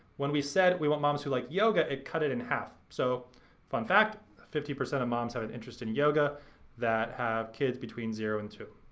when we said we want moms who like yoga it cut it in half, so fun fact, fifty percent of moms have an interest in yoga that have kids between zero and two,